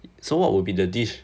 so what will be the dish